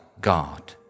God